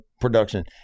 production